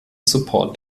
support